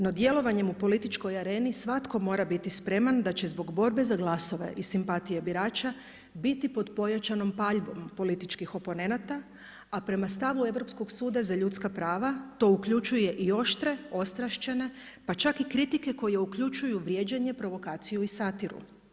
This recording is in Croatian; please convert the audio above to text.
No djelovanjem u političkoj areni svatko mora biti spreman da će zbog borbe za glasove i simpatije birača biti pod pojačanom paljbom političkih oponenata a prema stavu Europskog suda za ljudska prava to uključuje i oštre, ostrašćene pa čak i kritike koje uključuju vrijeđanje, provokaciju i satiru.